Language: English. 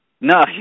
No